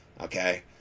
okay